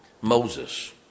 Moses